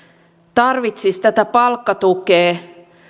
tarvitsisi tätä palkkatukea